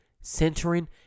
centering